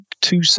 two